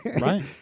Right